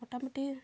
ᱢᱚᱴᱟᱢᱩᱴᱤ